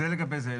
זה לגבי זה.